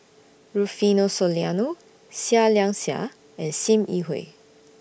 Rufino Soliano Seah Liang Seah and SIM Yi Hui